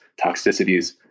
toxicities